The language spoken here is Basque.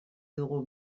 dugu